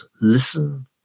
listen